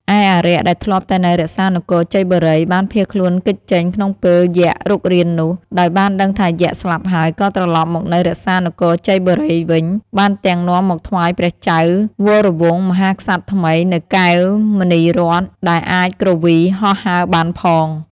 ឯអារក្ស ដែលធ្លាប់តែនៅរក្សានគរជ័យបូរី បានភៀសខ្លួនគេចចេញក្នុងពេលយក្សរុករាននោះ ដោយបានដឹងថាយក្សស្លាប់ហើយក៏ត្រឡប់មកនៅរក្សានគរជ័យបូរីវិញ បានទាំងនាំមកថ្វាយព្រះចៅវរវង្សមហាក្សត្រថ្មី នូវកែវមណីរត្ន ដែលអាចគ្រវី ហោះហើរបានផង។